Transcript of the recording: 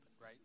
right